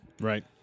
Right